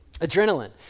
Adrenaline